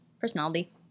personality